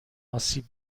آسیب